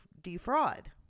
defraud